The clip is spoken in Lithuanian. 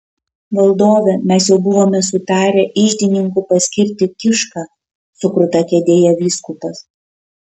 valdove mes jau buvome sutarę iždininku paskirti kišką sukruta kėdėje vyskupas